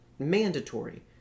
mandatory